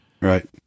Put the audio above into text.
Right